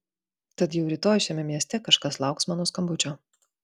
tad jau rytoj šiame mieste kažkas lauks mano skambučio